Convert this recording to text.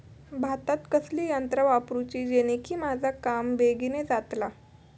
भातात कसली यांत्रा वापरुची जेनेकी माझा काम बेगीन जातला?